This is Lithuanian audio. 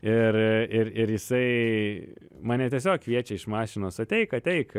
ir ir ir jisai mane tiesiog kviečia iš mašinos ateik ateik